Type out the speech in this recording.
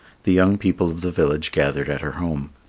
the young people of the village gathered at her home.